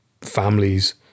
families